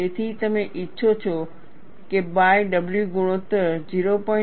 તેથી તમે ઇચ્છો છો કે બાય w ગુણોત્તર 0